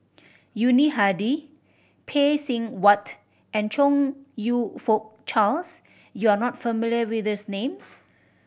Yuni Hadi Phay Seng Whatt and Chong You Fook Charles you are not familiar with these names